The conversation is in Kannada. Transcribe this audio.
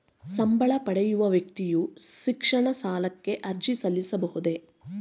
ಸಂಬಳ ಪಡೆಯುವ ವ್ಯಕ್ತಿಯು ಶಿಕ್ಷಣ ಸಾಲಕ್ಕೆ ಅರ್ಜಿ ಸಲ್ಲಿಸಬಹುದೇ?